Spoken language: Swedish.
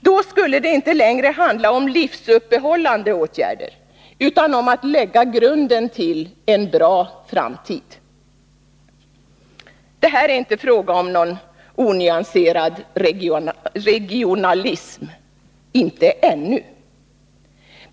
Då skulle det inte längre handla om livsuppehållande åtgärder utan om att lägga grunden till en bra framtid. Det här är inte fråga om någon onyanserad regionalism — inte ännu!